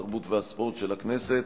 התרבות והספורט של הכנסת.